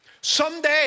Someday